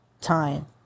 time